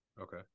Okay